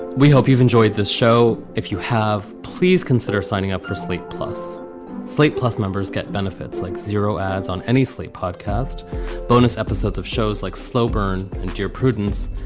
we hope you've enjoyed this show, if you have, please consider signing up for slate plus slate. plus members get benefits like zero ads on any slate podcast bonus episodes of shows like slow burn and dear prudence.